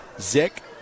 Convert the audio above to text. Zick